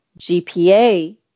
GPA